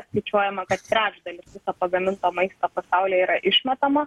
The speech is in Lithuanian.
skaičiuojama kad trečdalis pagaminto maisto pasaulyje yra išmetama